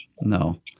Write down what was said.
No